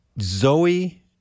Zoe